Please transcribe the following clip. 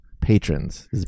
Patrons